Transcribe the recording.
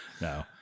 No